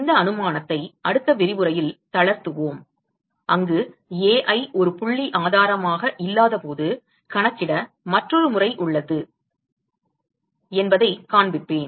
இந்த அனுமானத்தை அடுத்த விரிவுரையில் தளர்த்துவோம் அங்கு Ai ஒரு புள்ளி ஆதாரமாக இல்லாதபோது கணக்கிட மற்றொரு முறை உள்ளது என்பதைக் காண்பிப்பேன்